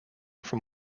from